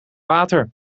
water